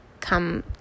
come